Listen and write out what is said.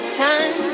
time